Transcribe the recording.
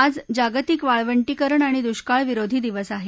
आज जागतिक वाळवंटीकरण आणि दुष्काळविरोधी दिवस आहे